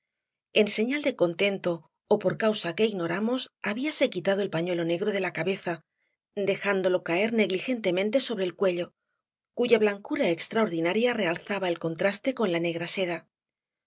en señal de contento ó por otra causa que ignoramos habíase quitado el pañuelo negro de la cabeza dejándolo caer negligentemente sobre el cuello cuya blancura extraordinaria realzaba el contraste con la negra seda